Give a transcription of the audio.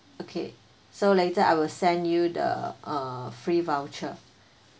okay so later I will send you the uh free voucher